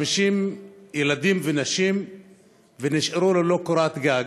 50 ילדים ונשים נשארו ללא קורת גג.